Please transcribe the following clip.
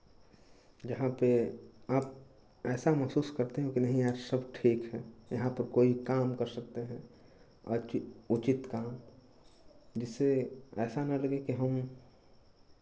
जहाँ पे आप ऐसा महसूस करते हैं कि नहीं यार सब ठीक है यहाँ पे कोई काम कर सकते हैं बाँकी उचित काम जिससे ऐसा न हो कि जो हम